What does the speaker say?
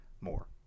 more